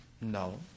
No